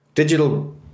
Digital